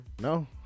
No